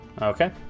Okay